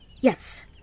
Yes